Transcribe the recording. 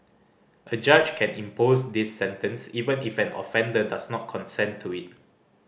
a judge can impose this sentence even if an offender does not consent to it